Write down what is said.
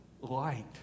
light